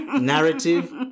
narrative